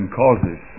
causes